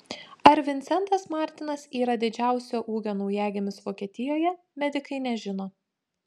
ar vincentas martinas yra didžiausio ūgio naujagimis vokietijoje medikai nežino